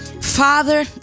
Father